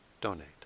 donate